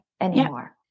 anymore